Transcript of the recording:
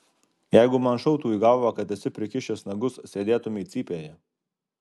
jeigu man šautų į galvą kad esi prikišęs nagus sėdėtumei cypėje